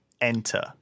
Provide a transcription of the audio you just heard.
enter